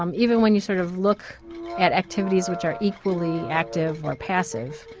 um even when you sort of look at activities which are equally active or passive,